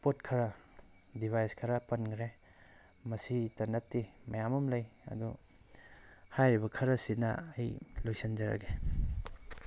ꯄꯣꯠ ꯈꯔ ꯗꯤꯚꯥꯏꯁ ꯈꯔ ꯄꯟꯈ꯭ꯔꯦ ꯃꯁꯤꯇ ꯅꯠꯇꯦ ꯃꯌꯥꯝ ꯑꯃ ꯂꯩ ꯑꯗꯣ ꯍꯥꯏꯔꯤꯕ ꯈꯔꯁꯤꯅ ꯑꯩ ꯂꯣꯏꯁꯤꯟꯖꯔꯒꯦ